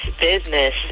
business